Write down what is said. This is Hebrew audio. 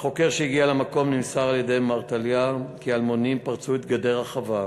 לחוקר שהגיע למקום נמסר על-ידי מר טליה כי אלמונים פרצו את גדר החווה